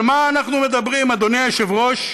על מה אנחנו מדברים, אדוני היושב-ראש?